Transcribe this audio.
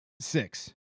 six